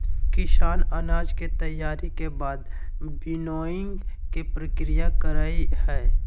किसान अनाज के तैयारी के बाद विनोइंग के प्रक्रिया करई हई